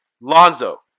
Lonzo